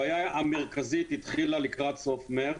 הבעיה המרכזית התחילה לקראת סוף מרץ.